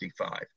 55